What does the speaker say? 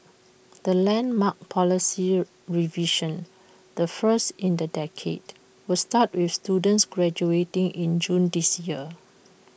the landmark policy revision the first in the decade will start with students graduating in June this year